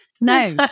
no